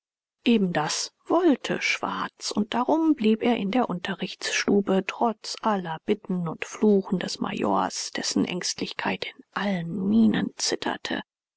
eben das wollte schwarz und darum blieb er in der unterrichtsstube trotz aller bitten und fluchen des majors dessen ängstlichkeit in allen mienen zitterte